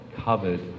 covered